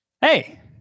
Hey